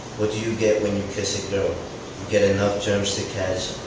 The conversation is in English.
what do you get when you kiss a get enough germs to catch